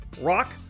ROCK